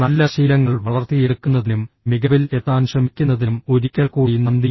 നല്ല ശീലങ്ങൾ വളർത്തിയെടുക്കുന്നതിനും മികവിൽ എത്താൻ ശ്രമിക്കുന്നതിനും ഒരിക്കൽക്കൂടി നന്ദി